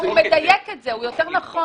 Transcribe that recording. הוא מדייק את זה, הוא יותר נכון.